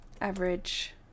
average